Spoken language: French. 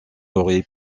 aurait